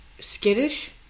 Skittish